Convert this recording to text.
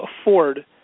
afford